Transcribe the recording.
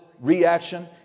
reaction